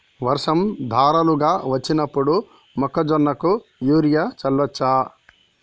వర్షం ధారలుగా వచ్చినప్పుడు మొక్కజొన్న కు యూరియా చల్లచ్చా?